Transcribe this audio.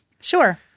Sure